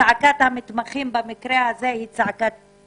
צעקת המתמחים היא צעקתנו.